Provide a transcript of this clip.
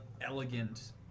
elegant